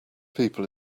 people